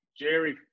Jerry